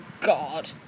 God